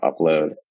upload